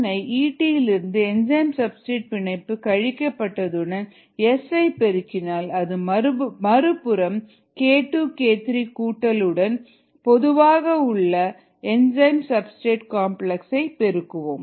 K1ஐ Et இலிருந்து enzyme substrate பிணைப்பு கழிக்கப் பட்டதுடன் S ஐ பெருக்கினால் அது மறுபுறம் k2k3 கூட்டல் உடன் பொதுவாக உள்ள ES ஐ பெருக்குவோம்